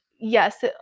yes